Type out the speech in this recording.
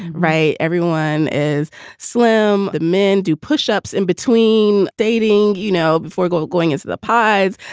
right? everyone is slim. the men do push ups in between dating. you know, before going going into the pies,